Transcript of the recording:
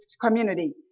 community